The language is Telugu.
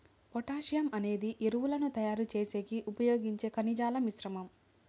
పొటాషియం అనేది ఎరువులను తయారు చేసేకి ఉపయోగించే ఖనిజాల మిశ్రమం